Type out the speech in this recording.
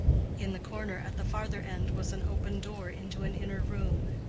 in the corner at the farther end was an open door into an inner room,